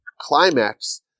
climax